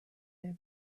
their